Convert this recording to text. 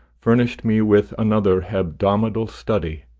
furnished me with another hebdomadal study,